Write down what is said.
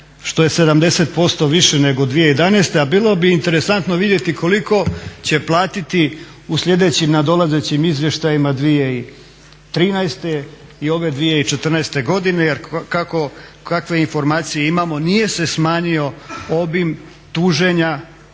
što je 70% više nego 2011. a bilo bi interesantno vidjeti koliko će platiti u sljedećim nadolazećim izvještajima 2013. i ove 2014. godine jer kakve informacije imamo nije se smanjio obim tuženja